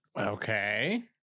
Okay